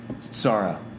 Sara